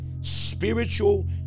Spiritual